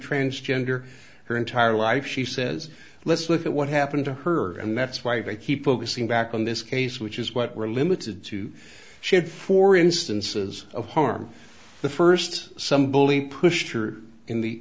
transgender her entire life she says let's look at what happened to her and that's why they keep focusing back on this case which is what we're limited to she had four instances of harm the first some bully pushed her in the